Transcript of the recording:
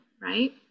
right